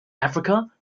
africa